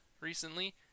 recently